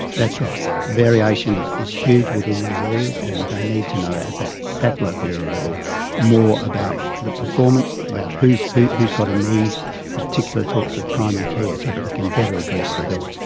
that's right. the variation is is huge within these areas and they need to know at that that local area level more about the performance, about who's who's got a need for particular sorts of primary care so they can better address the health.